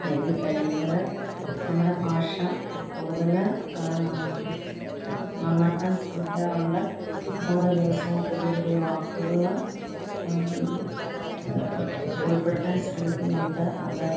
എഴുതിക്കഴിയുമ്പോൾ നമ്മുടെ ഭാഷ കൂടുതൽ നന്നാക്കാൻ ശ്രമിക്കാറുണ്ട് ഓരോ ദിവസവും പുതിയ പുതിയ വാക്കുകൾ ഉൾപ്പെടുത്താൻ ശ്രമിക്കുന്നുണ്ട് അത്